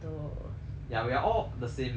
ya we are all the same man stay out